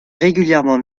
régulièrement